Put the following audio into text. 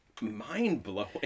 mind-blowing